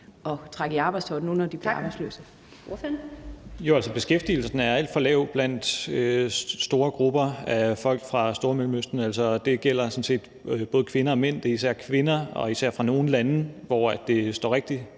at trække i arbejdstøjet, nu når de bliver arbejdsløse?